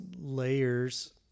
layers